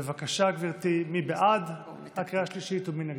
בבקשה, גברתי, מי בעד בקריאה השלישית ומי נגד?